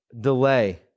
delay